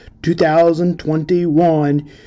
2021